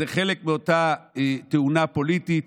זה חלק מאותה תאונה פוליטית,